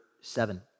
seven